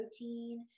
protein